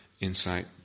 insight